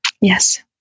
Yes